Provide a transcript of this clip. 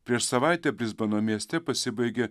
prieš savaitę brisbano mieste pasibaigė